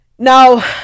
Now